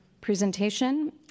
presentation